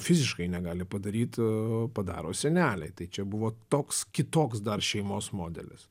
fiziškai negali padaryt padaro seneliai tai čia buvo toks kitoks dar šeimos modelis